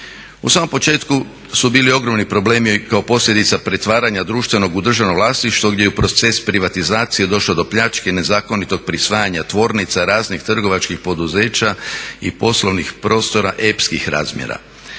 U samom početku su bili ogromni problemi kao posljedica pretvaranja društvenog u državno vlasništvo gdje je u proces privatizacije došlo do pljačke i nezakonitog prisvajanja tvornica, raznih trgovačkih poduzeća i poslovnih prostora epskih razmjera.